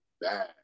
bad